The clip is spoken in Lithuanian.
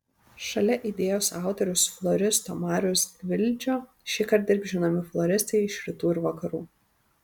šalia idėjos autoriaus floristo mariaus gvildžio šįkart dirbs žinomi floristai iš rytų ir vakarų